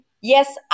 yes